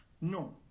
No